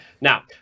Now